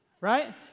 right